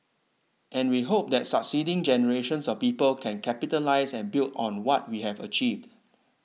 and we hope that succeeding generations of people can capitalise and build on what we have achieved